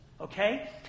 Okay